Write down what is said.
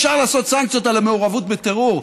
אפשר לעשות סנקציות על המעורבות בטרור,